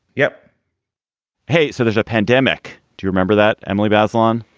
yep hey, so there's a pandemic. do you remember that, emily bazelon?